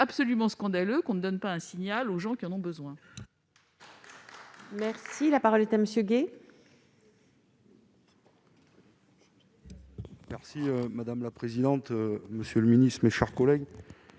absolument scandaleux que le Gouvernement ne donne pas un signal aux gens qui en ont besoin.